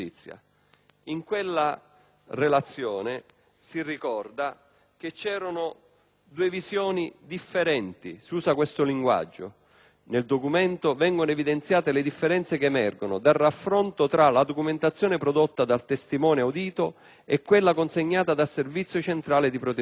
In quella relazione si ricorda che ci sono due visioni differenti. Si usa questo linguaggio: «Nel documento vengono evidenziate le differenze che emergono dal raffronto tra la documentazione prodotta dal testimone audito e quella consegnata dal Servizio centrale di protezione.